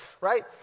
right